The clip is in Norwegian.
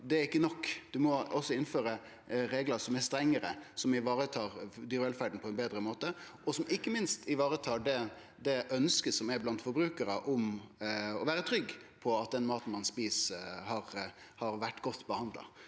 dag er ikkje nok. Ein må også innføre reglar som er strengare, som varetar dyrevelferda på ein betre måte, og som ikkje minst varetar ønsket blant forbrukarar om å vere trygge på at den maten ein et, har vore godt behandla.